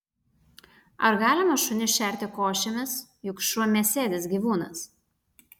ar galima šunis šerti košėmis juk šuo mėsėdis gyvūnas